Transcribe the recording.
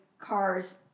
Cars